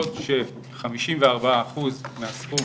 חמישים וארבעה אחוז מהסכום